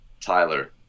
Tyler